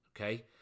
Okay